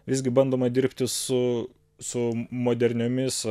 visgi bandoma dirbti su su moderniomis